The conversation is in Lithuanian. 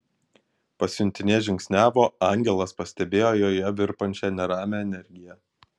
pasiuntinė žingsniavo angelas pastebėjo joje virpančią neramią energiją